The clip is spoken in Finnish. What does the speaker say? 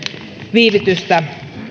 viivytystä